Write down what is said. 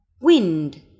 Wind